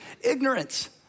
ignorance